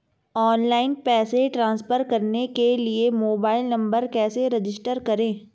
Online पैसे transfer करने के लिए मोबाइल नंबर कैसे रजिस्टर करें?